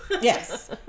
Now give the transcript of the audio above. Yes